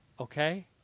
Okay